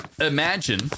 Imagine